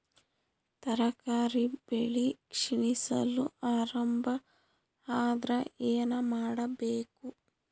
ತರಕಾರಿ ಬೆಳಿ ಕ್ಷೀಣಿಸಲು ಆರಂಭ ಆದ್ರ ಏನ ಮಾಡಬೇಕು?